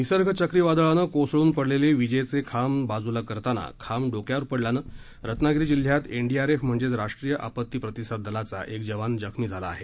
निसर्ग चक्रीवादळानं कोसळून पडलेले विजेचे खांब बाजूला करताना खांब डोक्यावर पडल्यानं रत्नागिरी जिल्ह्यात एनडीआरएफ म्हणजेच राष्ट्रीय आपत्ती प्रतिसाद दलाचा एक जवान जखमी झाला आहे